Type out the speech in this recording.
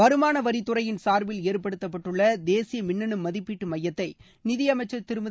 வருமான வரித்துறையின் சார்பில் ஏற்படுத்தப்பட்டுள்ள தேசிய மின்னனு மதிப்பீட்டு மையத்தை நிதியமைச்சர் திருமதி